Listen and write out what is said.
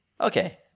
Okay